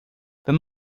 wenn